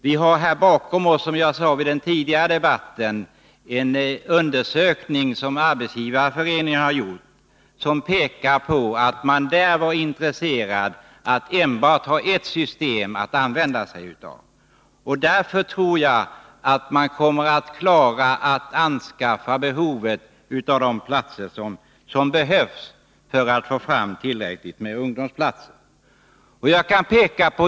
Vi kan, som jag sade i den tidigare debatten, hänvisa till en undersökning som Arbetsgivareföreningen har gjort och som tyder på att man där är intresserad av att ha enbart ett system. Jag tror att man kommer att klara av att skaffa fram tillräckligt många ungdomsplatser.